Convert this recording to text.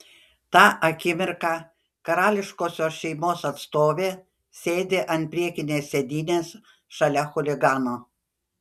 tą akimirką karališkosios šeimos atstovė sėdi ant priekinės sėdynės šalia chuligano